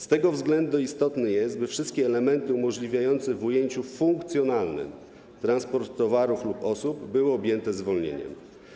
Z tego względu istotne jest, by wszystkie elementy umożliwiające w ujęciu funkcjonalnym transport towarów lub osób były objęte zwolnieniem.